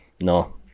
No